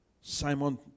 Simon